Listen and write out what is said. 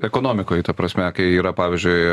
ekonomikoj ta prasme kai yra pavyzdžiui